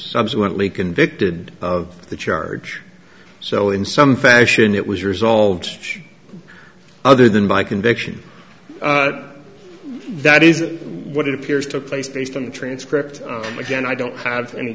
subsequently convicted of the charge so in some fashion it was resolved other than by conviction that isn't what it appears took place based on the transcript and again i don't have any